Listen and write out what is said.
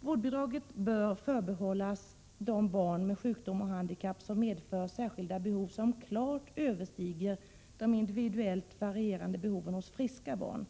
Vårdbidraget bör förbehållas de barn med sjukdom och handikapp som medför särskilda behov, vilka klart överstiger de individuellt varierande behoven hos friska barn.